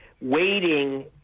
waiting